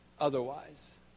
otherwise